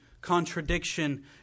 contradiction